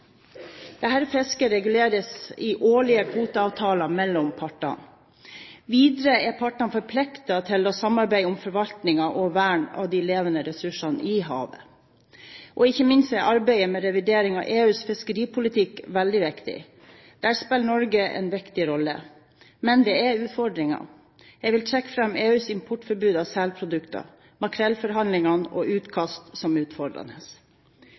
fisket reguleres i årlige kvoteavtaler mellom partene. Videre er partene forpliktet til å samarbeide om forvaltningen og vern av de levende ressursene i havet. Ikke minst er arbeidet med revidering av EUs fiskeripolitikk veldig viktig. Der spiller Norge en viktig rolle, men det er utfordringer. Jeg vil trekke fram EUs importforbud mot selprodukter, makrellforhandlingene og utkast som utfordrende.